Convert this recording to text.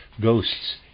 ghosts